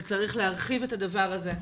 וצריך להרחיב את הדבר הזה.